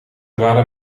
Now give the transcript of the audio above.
waren